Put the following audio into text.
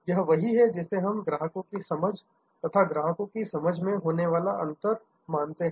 यह वही है जिसे हम ग्राहकों की समझ तथा ग्राहकों की समझ में होने वाला अंतर मानते हैं